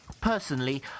Personally